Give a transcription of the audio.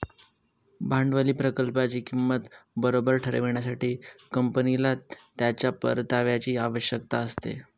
भांडवली प्रकल्पाची किंमत बरोबर ठरविण्यासाठी, कंपनीला त्याच्या परताव्याची आवश्यकता असते